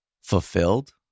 fulfilled